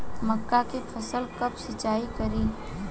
मका के फ़सल कब सिंचाई करी?